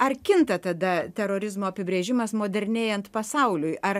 ar kinta tada terorizmo apibrėžimas modernėjant pasauliui ar